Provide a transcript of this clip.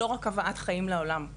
לא רק הבאת חיים לעולם.